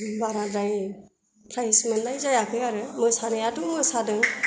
बाराद्राय प्राइस मोननाय जायाखै मोसानायाथ' मोसादों